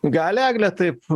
gali egle taip